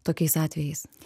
tokiais atvejais